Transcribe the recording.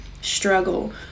struggle